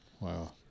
Wow